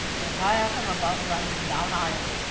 the fire from above runs down iron,